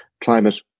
climate